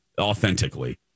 authentically